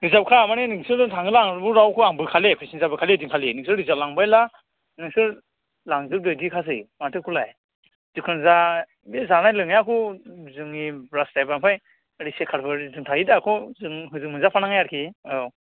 रिजार्भखा माने नोंसोरोजों थाङोब्ला आंबो रावखौ आं बोखालिया फेसेन्जार बोखायाले ओइदिनखालि नोंसोर रिजार्भ लांबायला नोंसोर लांजोबदो बिदिखासै मोाथो एखौलाय जेखुनजा बे जानाय लोंंनायखौ जोंनि बास ड्राइभार ओमफ्राय ओरै सेखारफोरजों थायोदा बेखौ जों हजों मोनजाफानांनाय आरोखि औ